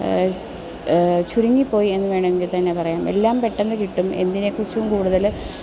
ചുരുങ്ങിപ്പോയി എന്ന് വേണമെങ്കിൽ തന്നെ പറയാം എല്ലാം പെട്ടെന്ന് കിട്ടും എന്തിനെക്കുറിച്ചും കൂടുതൽ